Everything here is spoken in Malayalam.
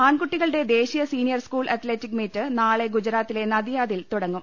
ആൺകുട്ടികളുടെ ദേശീയ senior school athletic meet നാളെ ഗുജറാത്തിലെ നദിയാദിൽ തുടങ്ങും